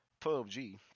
PUBG